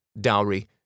dowry